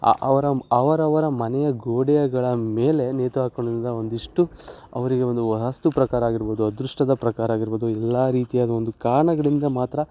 ಅ ಅವರ ಅವರವರ ಮನೆಯ ಗೋಡೆಗಳ ಮೇಲೆ ನೇತು ಹಾಕೊಳೋದಿಂದ ಒಂದಿಷ್ಟು ಅವರಿಗೆ ಒಂದು ವಾಸ್ತು ಪ್ರಕಾರ ಆಗಿರ್ಬೋದು ಅದೃಷ್ಟದ ಪ್ರಕಾರ ಆಗಿರ್ಬೋದು ಎಲ್ಲ ರೀತಿಯಾದ ಒಂದು ಕಾರಣಗಳಿಂದ ಮಾತ್ರ